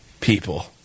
people